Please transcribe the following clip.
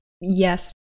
yes